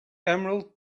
emerald